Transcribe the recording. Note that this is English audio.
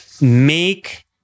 make